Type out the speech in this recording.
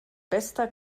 bester